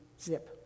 zip